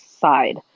side